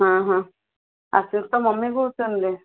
ହଁ ହଁ ଆଶିଷଙ୍କ ମମି କହୁଛନ୍ତି